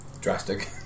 Drastic